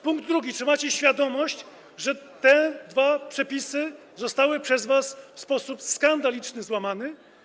Punkt drugi: Czy macie świadomość, że te dwa przepisy zostały przez was w sposób skandaliczny złamane?